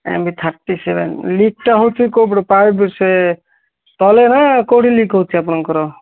time thirty seven ଲିକ୍ତ ହେଉଛି କେଉଁ ପଟେ ପାଇପ୍ ସେ ତଳେ ହା କେଉଁଠି ଲିକ୍ ହେଉଛି ଆପଣଙ୍କର